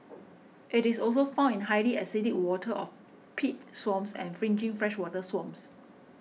it is also found in highly acidic waters of peat swamps and fringing freshwater swamps